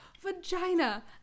vagina